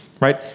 Right